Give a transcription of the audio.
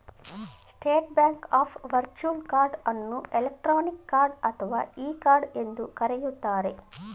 state bank of virtual card ಅನ್ನು electronic card ಅಥವಾ e card ಎಂದು ಕರೆಯುತ್ತಾರೆ